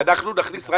שאנחנו נכניס?